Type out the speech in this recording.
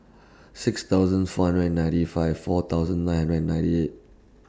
six thousand four hundred and ninety five four thousand nine hundred and ninety eight